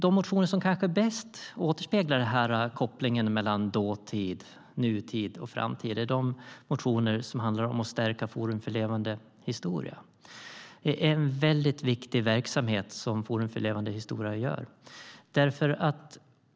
De motioner som kanske bäst återspeglar kopplingen mellan dåtid, nutid och framtid är de motioner som handlar om att stärka Forum för levande historia. Det är en mycket viktig verksamhet som Forum för levande historia bedriver.